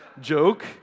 joke